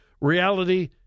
reality